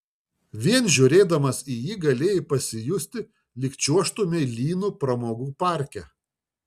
vien žiūrėdamas į jį galėjai pasijusti lyg čiuožtumei lynu pramogų parke